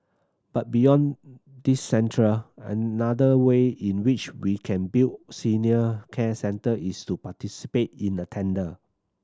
but beyond these centre another way in which we can build senior care centre is to participate in the tender